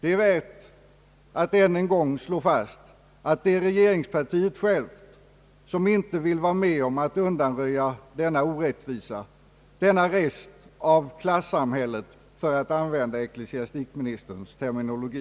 Det är anledning att än en gång slå fast att det är regeringspartiet självt som inte vill vara med om att undanröja denna orättvisa, denna rest av klasssamhället, för att använda ecklesiastikministerns terminologi.